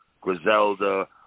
Griselda